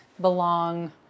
belong